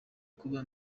kuba